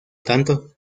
tanto